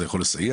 זה יכול לסייע,